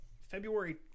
February